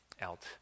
out